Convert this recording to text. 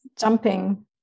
jumping